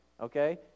okay